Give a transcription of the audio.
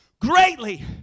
greatly